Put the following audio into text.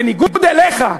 בניגוד אליך,